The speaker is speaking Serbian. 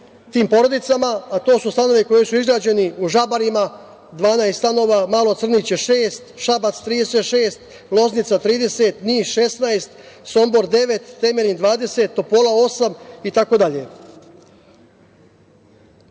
tim porodicama, a to su stanovi koji su izrađeni u Žabarima 12 stanova, Malo Crniće šest, Šabac 36, Loznica 30, Niš 16, Sombor devet, Temerin 20, Topola osam,